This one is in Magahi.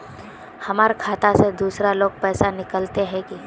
हमर खाता से दूसरा लोग पैसा निकलते है की?